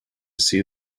see